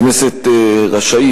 הכנסת רשאית,